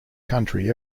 country